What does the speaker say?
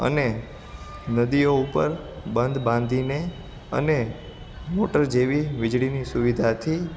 અને નદીઓ ઉપર બંધ બાંધીને અને મોટર જેવી વીજળીની સુવિધાથી